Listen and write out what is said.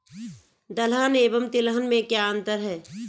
दलहन एवं तिलहन में क्या अंतर है?